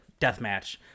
deathmatch